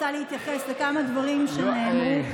אני רוצה להתייחס לכמה דברים שנאמרו כאן.